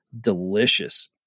delicious